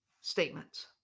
statements